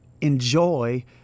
enjoy